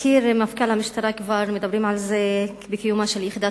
מפכ"ל המשטרה הכיר בקיומה של יחידת